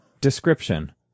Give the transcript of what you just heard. Description